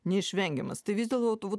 neišvengiamas tai vis dėlto tu va